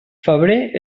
febrer